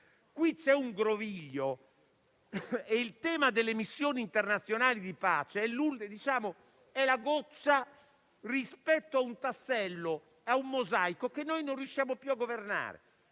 Qui c'è un groviglio e il tema delle missioni internazionali di pace è la goccia rispetto a un tassello e a un mosaico che non riusciamo più a governare.